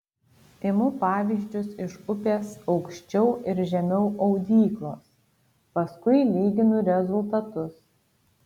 imu pavyzdžius iš upės aukščiau ir žemiau audyklos paskui lyginu rezultatus